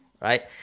right